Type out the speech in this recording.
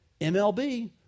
MLB